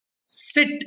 Sit